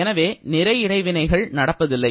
எனவே நிறை இடைவினைகள் நடப்பதில்லை